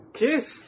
kiss